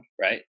right